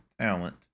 talent